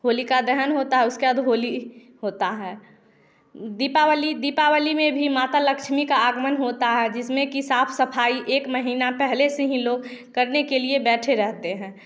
होलिका दहन होता है उसके बाद होली होता है दीपावली दीपावली में भी माता लक्ष्मी का आगमन होता है जिसमें की साफ सफाई एक महीना पहले से ही लोग करने के लिए बैठे रहते हैं